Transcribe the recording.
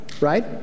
right